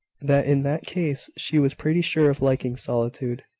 that in that case, she was pretty sure of liking solitude.